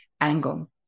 angle